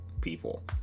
people